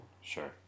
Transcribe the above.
Sure